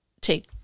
take